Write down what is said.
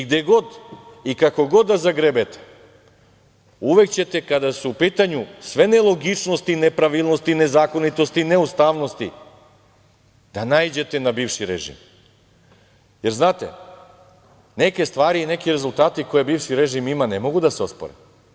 Gde god i kako god da zagrebete, uvek ćete kada su u pitanju sve nelogičnosti, nepravilnosti, nezakonitosti, neustavnosti, da naiđete na bivši režim, jer, znate neke stvari i neki rezultati koje bivši režim ima ne mogu da se ospore.